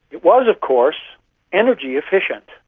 it was of course energy efficient,